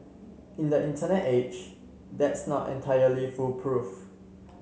in the Internet age that's not entirely foolproof